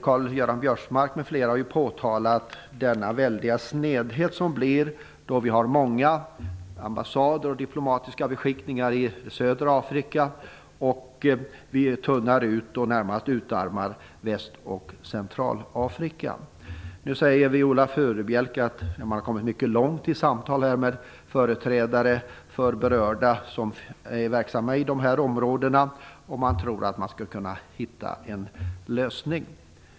Karl-Göran Biörsmark m.fl. har påtalat den väldiga snedfördelning som uppstått då vi har många ambassader och diplomatiska beskickningar i södra Afrika och tunnar ut och närmast utarmar Väst och Centralafrika. Nu säger Viola Furubjelke att man har kommit mycket långt i samtal med företrädare för de berörda som är verksamma i de här områdena och man tror att man skall kunna hitta en lösning.